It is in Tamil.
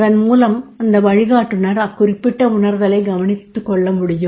அதன் மூலம் அந்த வழிகாட்டுனர் அக்குறிப்பிட்ட உணர்தலைக் கவனித்துக்கொள்ள முடியும்